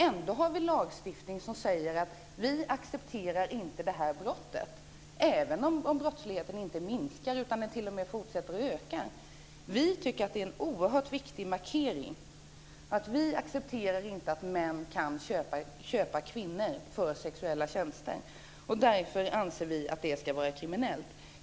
Ändå har vi lagstiftning som säger att vi inte accepterar det här brottet, även om brottsligheten inte minskar utan t.o.m. fortsätter att öka. Vi tycker att det är en oerhört viktig markering. Vi accepterar inte att män kan köpa kvinnor för sexuella tjänster, och därför anser vi att det ska vara kriminellt.